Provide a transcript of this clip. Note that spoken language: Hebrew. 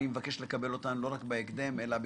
אני מבקש לקבל אותן לא רק בהקדם אלא בדחיפות.